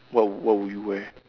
what would what would you wear